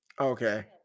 Okay